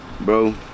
bro